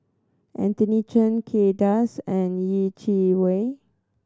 Anthony Chen Kay Das and Yeh Chi Wei